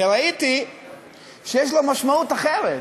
וראיתי שיש לו משמעות אחרת,